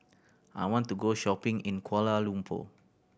I want to go shopping in Kuala Lumpur